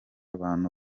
abantu